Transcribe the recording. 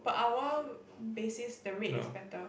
per hour basis the rate is better